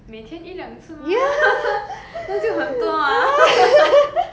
每天一两次吗 那就很多 ah